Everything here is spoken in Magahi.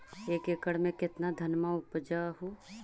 एक एकड़ मे कितना धनमा उपजा हू?